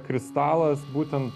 kristalas būtent